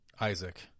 Isaac